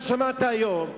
אתה שמעת היום,